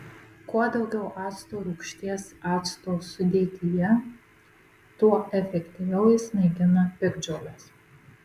kuo daugiau acto rūgšties acto sudėtyje tuo efektyviau jis naikina piktžoles